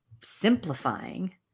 simplifying